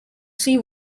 see